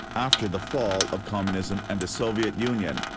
after the fall of communism and the soviet union,